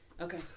Okay